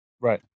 Right